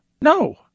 No